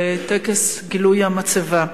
לטקס גילוי המצבה.